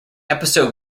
episode